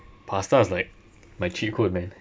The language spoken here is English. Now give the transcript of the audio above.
pasta is like my cheat code man